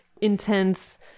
intense